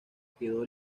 quedó